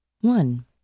One